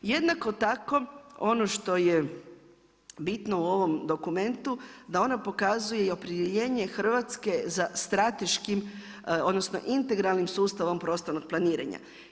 Jednako tako ono što je bitno u ovom dokumentu, da ona pokazuje i opredjeljenje Hrvatske za strateškim odnosno integralnim sustavom prostornog planiranja.